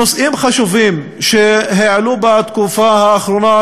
נושאים חשובים שהעלו בתקופה האחרונה,